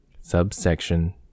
Subsection